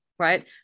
right